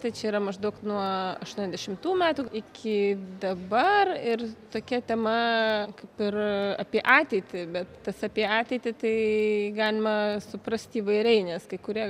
tai čia yra maždaug nuo aštuoniasdešimtų metų iki dabar ir tokia tema kaip ir apie ateitį bet tas apie ateitį tai galima suprast įvairiai nes kai kurie